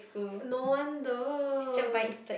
no wonder